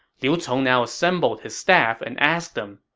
liu cong now assembled his staff and asked them,